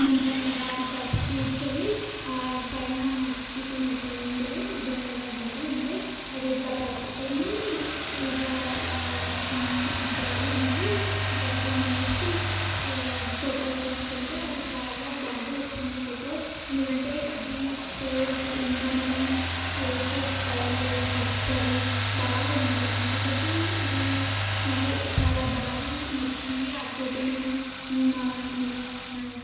మంచం మీద ఇట్లా కూర్చొని పైన మస్కిటో నెట్ ఉండే దోమల బారీ ఉండే అది ఇట్లా పట్టుకొని ఇట్లా జాలి నుండి ఇట్ల ఫోన్ వేసి ఫొటోస్ తీసుకుంటే అది చాలా బాగా వచ్చింది ఫోటో ఎందుకంటే అది పోజ్ ఇంకా మనం చేసే స్టైల్ స్ట్రక్చర్ బాగుండే అందుకోసం అది నాకు చాలా బాగా నచ్చింది ఆ ఫోటో నేను నా నేను నా